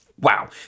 Wow